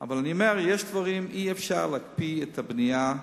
אבל, אני אומר: אי-אפשר להקפיא את הבנייה,